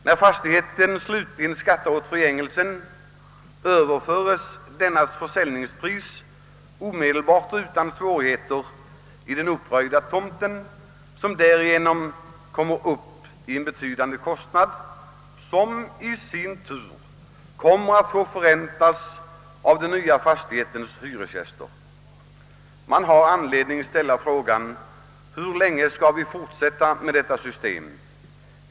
När fastigheten slutligen skattar åt förgängelsen överförs dess försäljningspris omedelbart och utan svårigheter till den uppröjda tomten, som därigenom betingar en betydande kostnad, vilken i sin tur kommer att få förräntas av den nya fastighetens hyresgäster. Man har anledning att fråga: Hur länge skall vi fortsätta med detta system?